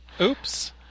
Oops